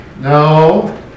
No